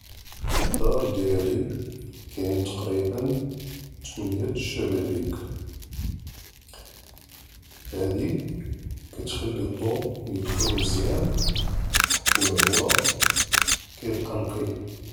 פִּלְדַּאר דִיַאלִי קַאיִן תַקרִיבַּא תְּמַנִיַة שַּבַּאבִּיק, הַדִי כַּתְחַלִּי לַדַּווּ יְדְחוּל מְזִיַאן, וְלְהַוַא כִּيبְקֵּי נַקִי.